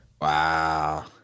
Wow